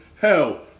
Hell